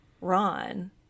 Ron